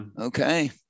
Okay